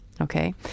Okay